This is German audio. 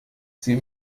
sie